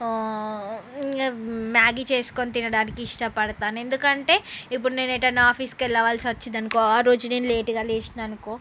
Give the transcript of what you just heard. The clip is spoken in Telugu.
మ్యాగీ చేసుకుని తినడానికి ఇష్టపడతాను ఎందుకంటే ఇప్పుడు నేను ఎటైనా ఆఫీస్కి వెళ్ళవలసి వచ్చింది అనుకో ఆ రోజు నేను లేటుగా లేచిన అనుకో